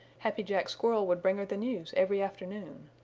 happy jack squirrel would bring her the news every afternoon.